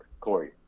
Corey